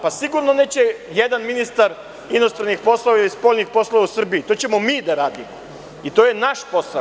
Pa, sigurno neće jedan ministar inostranih poslova i spoljnih poslova u Srbiji, to ćemo mi da radimo i to je naš posao.